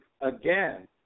again